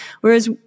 Whereas